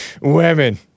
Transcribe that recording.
Women